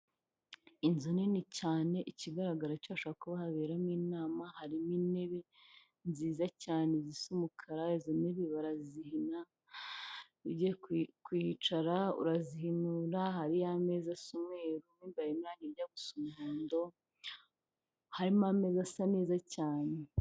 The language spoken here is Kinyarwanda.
Inzu nini cyane ikigaragara cyo hashobora kuba haberamo inama, harimo intebe nziza cyane zisa umukara, izi ntebe barazihina, ugiye kuhicara urazihinura, hariyo ameza asa umweru, mu imbere hari n'ahandi hajya gusa umuhondo, harimo ameza asa neza cyane.